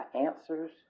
answers